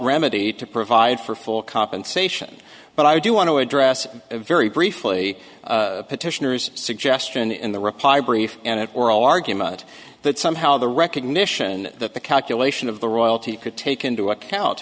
remedy to provide for full compensation but i do want to address very briefly petitioner's suggestion in the reply brief and it oral argument that somehow the recognition that the calculation of the royalty could take into account